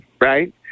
right